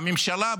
הממשלה,